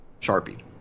sharpie